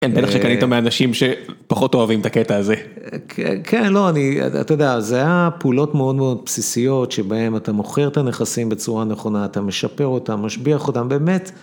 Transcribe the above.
אין בטח שקנית מאנשים שפחות אוהבים את הקטע הזה. כן, לא, אני, אתה יודע, זה היה פעולות מאוד מאוד בסיסיות שבהן אתה מוכר את הנכסים בצורה נכונה, אתה משפר אותם, משביח אותם, באמת.